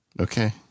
Okay